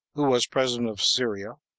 who was president of syria,